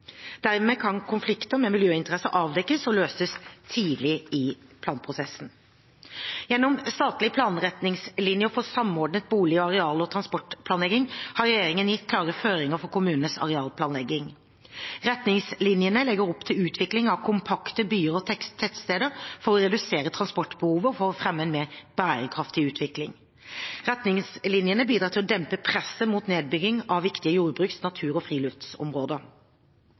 Dermed kan konflikter med miljøinteresser avdekkes og løses tidlig i planprosessen. Gjennom statlige planretningslinjer for en samordnet bolig-, areal- og transportplanlegging har regjeringen gitt klare føringer for kommunenes arealplanlegging. Retningslinjene legger opp til utvikling av kompakte byer og tettsteder – for å redusere transportbehovet og for å fremme en mer bærekraftig utvikling. Retningslinjene bidrar til å dempe presset mot nedbygging av viktige jordbruks-, natur- og friluftsområder.